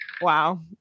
Wow